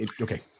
okay